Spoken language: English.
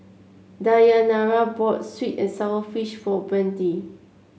Dayanara bought sweet and sour fish for Brande